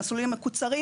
המסלולים המקוצרים